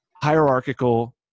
hierarchical